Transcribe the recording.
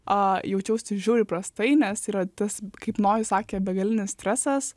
a jaučiausi žiauriai prastai nes yra tas kaip nojus sakė begalinis stresas